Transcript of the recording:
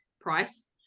price